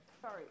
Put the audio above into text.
Sorry